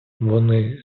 вони